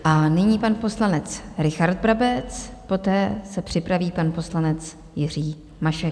A nyní pan poslanec Richard Brabec, poté se připraví pan poslanec Jiří Mašek.